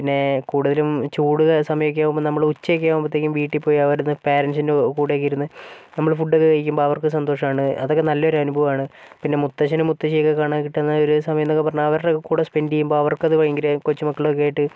പിന്നേ കൂടുതലും ചൂട് സമായൊക്കെയാകുമ്പോൾ നമ്മള് ഉച്ചയൊക്കെ ആകുമ്പത്തേക്കും വീട്ടിപോയി അവിടുന്ന് പാരൻസിൻ്റെ കൂടെയൊക്കെ ഇരുന്ന് നമ്മള് ഫുഡൊക്കെ കഴിക്കുമ്പോൾ അവർക്കും സന്തോഷാണ് അതൊക്കെ നല്ലൊരു അനുഭവമാണ് പിന്നെ മുത്തശ്ശനും മുത്തശ്ശിയെയൊക്കെ കാണാൻ കിട്ടുന്ന ഒരു സമയംനൊക്കെ പറഞ്ഞാൽ അവരുടെ കൂടെ സ്പെൻഡ് ചെയ്യുമ്പോൾ അവർക്കത് ഭയങ്കരം കൊച്ചുമക്കളൊക്കെയായിട്ട്